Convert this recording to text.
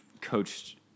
coached